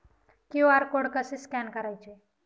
QR code कसे scan करायचे?